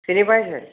চিনি পাইছে